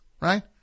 right